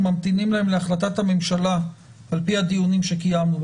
ממתינים בהם להחלטת הממשלה על פי הדיונים שקיימנו.